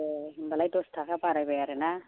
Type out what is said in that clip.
ए होनबालाय दस थाखा बारायबाय आरो ना